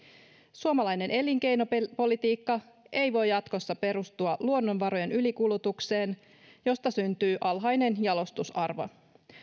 suomalainen elinkeinopolitiikka ei voi jatkossa perustua luonnonvarojen ylikulutukseen josta syntyy alhainen jalostusarvo